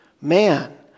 man